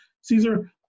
Caesar